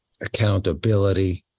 accountability